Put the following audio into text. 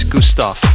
Gustav